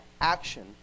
action